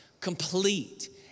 complete